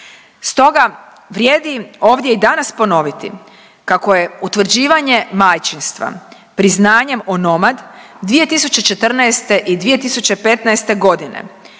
stoga vrijedi ovdje i danas ponoviti, kako je utvrđivanje majčinstva priznanjem onomad, 2014. i 2015. g.